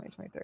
2023